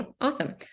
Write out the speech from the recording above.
awesome